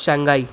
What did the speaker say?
Shanghai